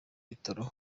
bitaro